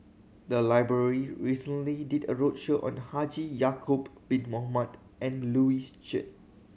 the library recently did a roadshow on Haji Ya'acob Bin Mohamed and Louis Chen